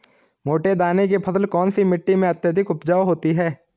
मोटे दाने की फसल कौन सी मिट्टी में अत्यधिक उपजाऊ होती है?